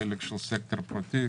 חלק של הסקטור הפרטי,